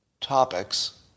topics